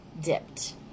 dipped